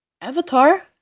Avatar